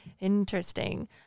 interesting